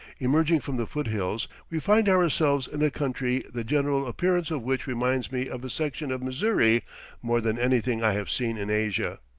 emerging from the foot-hills, we find ourselves in a country the general appearance of which reminds me of a section of missouri more than anything i have seen in asia.